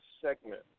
segment